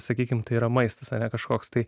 sakykime tai yra maistas ar kažkoks tai